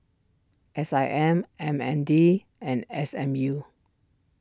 S I M M N D and S M U